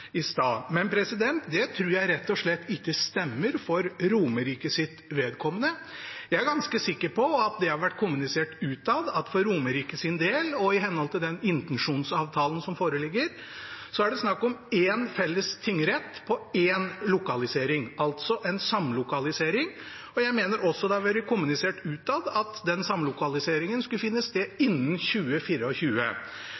Det tror jeg rett og slett ikke stemmer for Romerikes vedkommende. Jeg er ganske sikker på at det har vært kommunisert utad at for Romerikes del, og i henhold til intensjonsavtalen som foreligger, er det snakk om én felles tingrett og én lokalisering, altså en samlokalisering. Jeg mener også det har vært kommunisert utad at den samlokaliseringen skulle finne sted